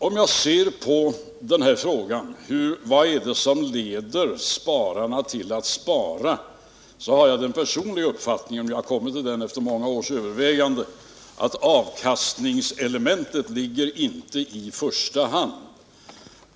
Om jag ser på frågan om vad det är som leder spararna till att spara, har jag den personliga uppfattningen — jag har kommit till den efter många års överväganden -— att det inte i första hand är avkastningsfaktorn det gäller.